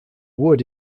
wood